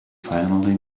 finally